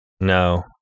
No